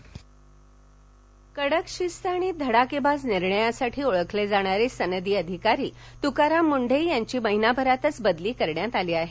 तकाराम मंडे कडक शिस्त आणि धडाकेबाज निर्णयांसाठी ओळखले जाणारे सनदी अधिकारी तुकाराम मुंढे यांची महिनाभरातच बदली करण्यात आली आहे